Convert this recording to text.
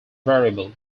variable